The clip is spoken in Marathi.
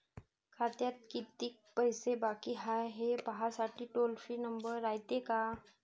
खात्यात कितीक पैसे बाकी हाय, हे पाहासाठी टोल फ्री नंबर रायते का?